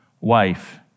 wife